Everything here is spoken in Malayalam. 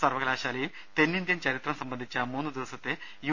സർവ്വകലാശാലയിൽ തെന്നിന്ത്യൻ ചരിത്രം സംബന്ധിച്ച് മൂന്നു ദിവസത്തെ യു